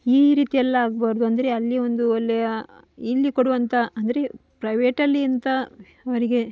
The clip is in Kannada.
ಈ ರೀತಿಯೆಲ್ಲ ಆಗಬಾರ್ದು ಅಂದರೆ ಅಲ್ಲಿ ಒಂದು ಒಳ್ಳೆಯ ಇಲ್ಲಿ ಕೊಡುವಂತಹ ಅಂದರೆ ಪ್ರೈವೇಟಲ್ಲಿ ಎಂಥ ಅವರಿಗೆ